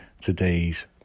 today's